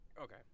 Okay